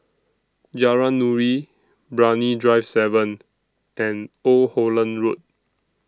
Jalan Nuri Brani Drive seven and Old Holland Road